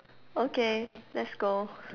okay let's go